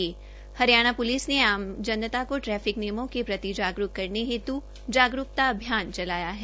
Haryana police ने आम जनता को ट्रैफिक नियमों के प्रति जागरूक करने हेतु अभियान चलाया है